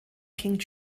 king